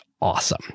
awesome